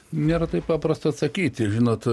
nėra taip paprasta atsakyti žinot